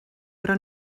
però